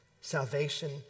Salvation